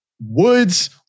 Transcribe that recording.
Woods